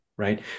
Right